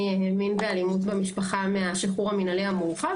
מין ואלימות במשפחה מהשחרור המינהלי המורחב.